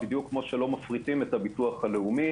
בדיוק כפי שלא מפריטים את הביטוח הלאומי